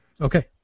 Okay